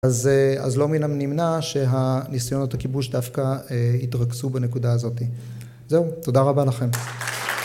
‫אז לא מן הנמנע שהניסיונות ‫הכיבוש דווקא יתרכזו דווקא בנקודה הזאת. ‫זהו, תודה רבה לכם.